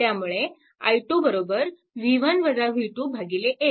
त्यामुळे i 2 1 कारण हा 1 Ω आहे